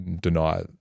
deny